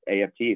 AFT